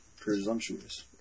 presumptuous